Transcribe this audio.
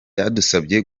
byadusabye